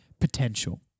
potential